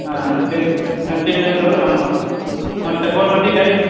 હા અને કન્સેશન ખરું આમાં હા સગવડ બધી ખરી